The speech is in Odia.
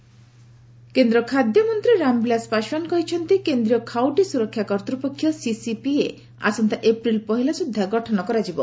ପାଶୱାନ କଞ୍ଜମର କେନ୍ଦ୍ର ଖାଦ୍ୟ ମନ୍ତ୍ରୀ ରାମବିଳାଶ ପାଶଓ୍ୱାନ କହିଛନ୍ତି କେନ୍ଦ୍ରୀୟ ଖାଉଟି ସ୍ବରକ୍ଷା କର୍ତ୍ତ୍ୱପକ୍ଷ ସିସିପିଏ ଆସନ୍ତା ଏପ୍ରିଲ୍ ପହିଲା ସୁଦ୍ଧା ଗଠନ କରାଯିବ